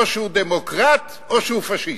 או שהוא דמוקרט, או שהוא פאשיסט.